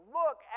look